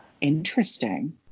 Interesting